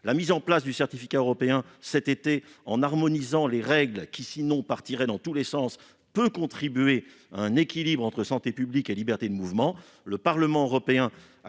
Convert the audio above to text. La mise en place du certificat européen, cet été, en harmonisant les règles qui autrement partiraient dans tous les sens, peut contribuer à un équilibre entre santé publique et liberté de mouvement. Le Parlement européen a